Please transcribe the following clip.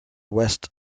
west